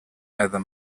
other